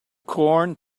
corn